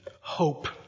Hope